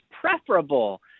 preferable